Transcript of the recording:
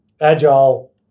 Agile